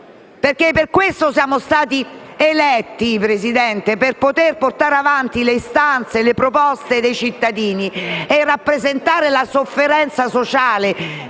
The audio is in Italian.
per questo che siamo stati eletti, signor Presidente: per portare avanti le istanze e le proposte dei cittadini e rappresentare la sofferenza sociale